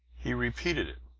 he repeated it,